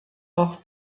auch